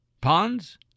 Ponds